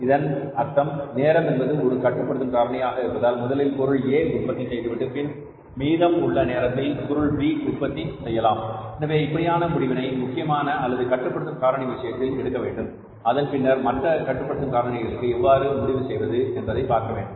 இதன் அர்த்தம் நேரம் என்பது ஒரு கட்டுப்படுத்தும் காரணியாக இருப்பதால் முதலில் பொருள் A உற்பத்தி செய்துவிட்டு மீதம் உள்ள நேரத்தில் பொருள் B உற்பத்தி செய்யலாம் எனவே இப்படியான ஒரு முடிவினை முக்கியமான அல்லது கட்டுப்படுத்தும் காரணி விஷயத்தில் எடுக்க வேண்டும் அதன் பின்னர் மற்ற கட்டுப்படுத்தும் காரணிகளுக்கு எவ்வாறு முடிவு செய்வது என்பதை பார்க்க வேண்டும்